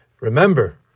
Remember